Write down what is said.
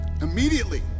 Immediately